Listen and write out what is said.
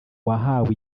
wahawe